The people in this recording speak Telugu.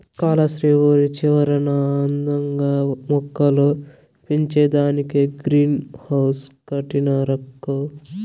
కాలస్త్రి ఊరి చివరన అందంగా మొక్కలు పెంచేదానికే గ్రీన్ హౌస్ కట్టినారక్కో